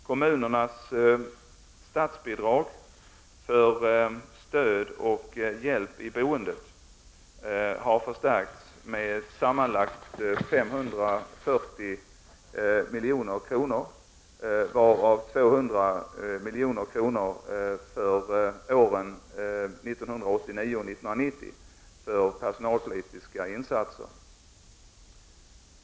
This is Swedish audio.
Kommunernas statsbidrag för stöd och hjälp i boendet har förstärkts med sammanlagt ca 540 milj.kr., varav 200 milj.kr. för åren 1989 och 1990 för personalpolitiska insatser.